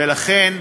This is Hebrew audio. ולכן